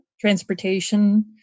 transportation